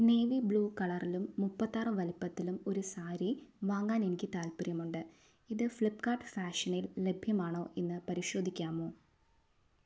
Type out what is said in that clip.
navy blue കളറിലും മുപ്പത്താറ് വലുപ്പത്തിലും ഒരു സാരി വാങ്ങാൻ എനിക്ക് താൽപ്പര്യമുണ്ട് ഇത് ഫ്ലിപ്പ്കാർട്ട് ഫാഷനിൽ ലഭ്യമാണോ എന്ന് പരിശോധിക്കാമോ